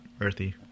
earthy